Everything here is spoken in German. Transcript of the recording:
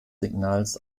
signals